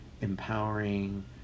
empowering